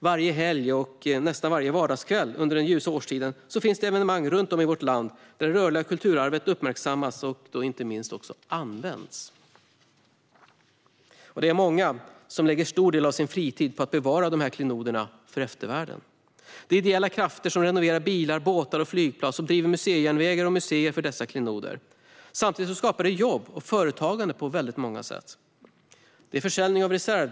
Varje helg och nästan varje vardagskväll under den ljusa årstiden finns det evenemang runt om i vårt land där det rörliga kulturarvet uppmärksammas och inte minst används. Det är många som lägger stor del av sin fritid på att bevara dessa klenoder för eftervärlden. Det är ideella krafter som renoverar bilar, båtar och flygplan och driver museijärnvägar och museer för dessa klenoder. Samtidigt skapar det jobb och företagande på många sätt. Det är försäljning av reservdelar.